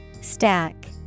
Stack